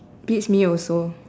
beats me also